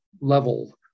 level